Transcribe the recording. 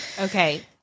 Okay